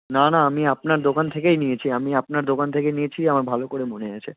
না না আমি আপনার দোকান থেকেই নিয়েছি আমি আপনার দোকান থেকে নিয়েছি আমার ভালো করে মনে আছে